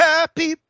Happy